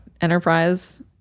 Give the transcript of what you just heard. enterprise